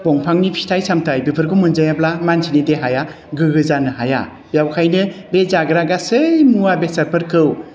दंफांनि फिथाइ सामथाय बेफोरखो मोनजायाब्ला मानसिनि देहाया गोग्गो जानो हाया बेखायनो बे जाग्रा गासै मुवा बेसादफोरखौ